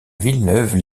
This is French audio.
villeneuve